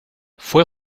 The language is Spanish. fue